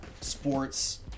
sports